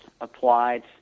applied